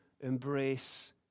embrace